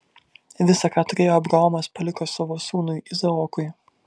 visa ką turėjo abraomas paliko savo sūnui izaokui